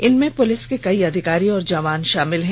इनमें पुलिस के कई अधिकारी और जवान शामिल हैं